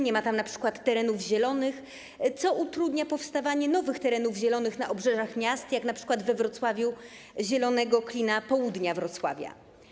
Nie ma tam np. terenów zielonych, co utrudnia powstawanie nowych terenów zielonych na obrzeżach miast, jak np. Zielonego Klina Południa Wrocławia.